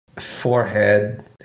forehead